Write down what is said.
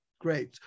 Great